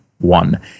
one